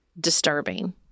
disturbing